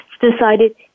decided